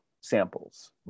samples